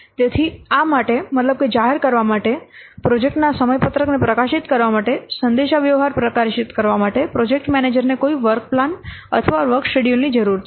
તેથી આ માટે મતલબ કે જાહેર કરવા માટે પ્રોજેક્ટના સમયપત્રકને પ્રકાશિત કરવા માટે સંદેશાવ્યવહાર પ્રકાશિત કરવા માટે પ્રોજેક્ટ મેનેજરને કોઈ વર્ક પ્લાન અથવા વર્ક શેડ્યૂલ ની જરૂર છે